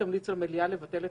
כתבנו את המילה "בסמוך",